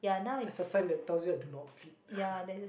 there's a sign that tells you that do not feed